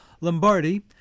Lombardi